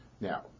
Now